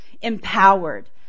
empowered